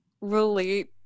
relate